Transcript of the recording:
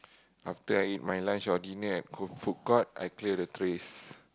after I eat my lunch or dinner I go food court I clear the trays